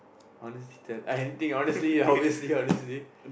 honest to tell anything honestly honestly honestly